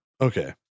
okay